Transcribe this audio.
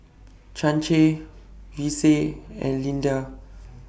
Chancey Vicie and Lyndia